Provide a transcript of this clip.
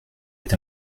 est